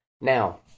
Now